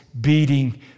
beating